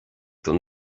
don